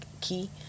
key